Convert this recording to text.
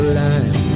life